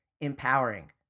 empowering